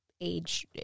age